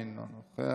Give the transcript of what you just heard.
אינו נוכח,